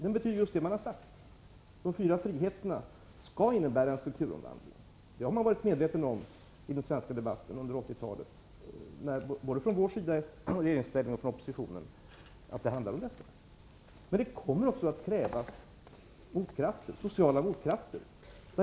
Den betyder just vad man har sagt, att de fyra friheterna skall innebära en strukturomvandling. Detta har man varit medveten om i den svenska debatten under 80-talet, både från vår sida i regeringsställning och från oppositionen. Men det kommer också att krävas sociala motkrafter.